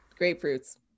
Grapefruits